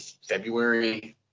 February